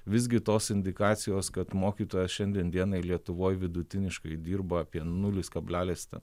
visgi tos indikacijos kad mokytojas šiandien dienai lietuvoj vidutiniškai dirba apie nulis kablelis ten